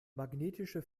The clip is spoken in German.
magnetische